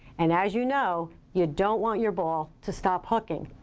and as you know, you don't want your ball to stop hooking.